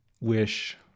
wish